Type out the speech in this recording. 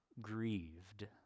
grieved